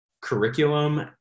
curriculum